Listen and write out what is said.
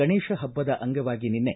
ಗಣೇಶ ಪಬ್ಲದ ಅಂಗವಾಗಿ ನಿನ್ನೆ